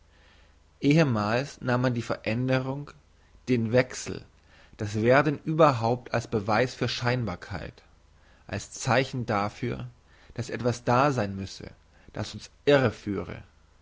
ehemals nahm man die veränderung den wechsel das werden überhaupt als beweis für scheinbarkeit als zeichen dafür dass etwas da sein müsse das uns irre führe